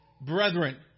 brethren